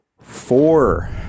Four